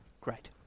Great